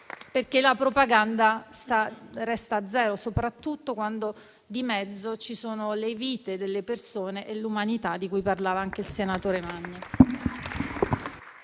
La propaganda resta zero, soprattutto quando di mezzo ci sono le vite delle persone e l'umanità di cui ha parlato anche il senatore Magni.